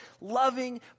loving